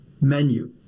menu